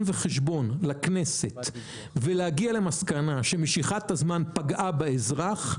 וחשבון לכנסת ולהגיע למסקנה שמשיכת הזמן פגעה באזרח,